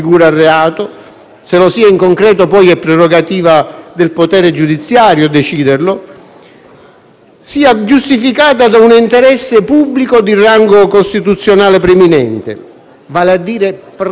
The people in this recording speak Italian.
sia giustificata da un interesse pubblico di rango costituzionale preminente, vale a dire prevalente su quello violato dalla condotta. Questo non è assolutamente il caso